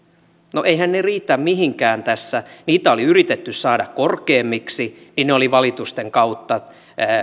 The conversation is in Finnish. no eiväthän ne riitä mihinkään tässä kun niitä oli yritetty saada korkeammiksi ne oli valitusten kautta